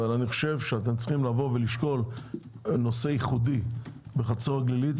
אבל אני חושב שאתם צריכים לשקול נושא ייחודי בחצור הגלילית.